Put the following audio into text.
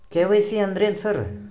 KYC ಅಂದ್ರೇನು sir?